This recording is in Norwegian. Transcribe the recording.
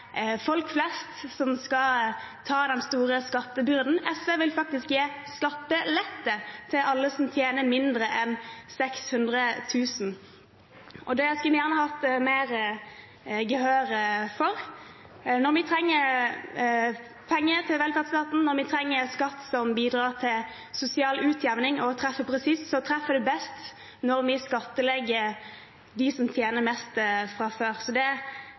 folk flest ikke skal ta den store skattebyrden. SV vil faktisk gi skattelette til alle som tjener mindre enn 600 000 kr, og det skulle vi gjerne fått mer gehør for. Når vi trenger penger til velferdsstaten og skatt som bidrar til sosial utjevning og treffer presist, treffer det best når vi skattlegger dem som tjener mest fra før. Det